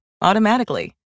automatically